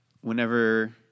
Whenever